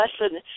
lesson